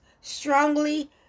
strongly